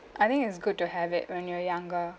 I think it's good to have it when you're younger